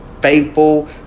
faithful